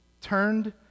turned